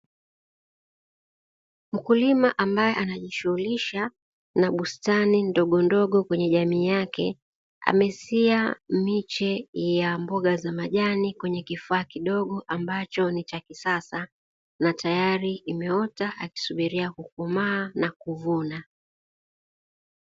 Mkulima ambae anajishughulisha na bustani ndogo ndogo katika jamii yake, amesia miche ya mboga za majani kwenye kifaa kidogo, ambacho ni cha kisasa na tayari imeota akisubiria kukomaa na kuvuna.